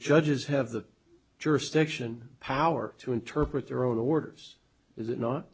judges have the jurisdiction power to interpret their own orders is it not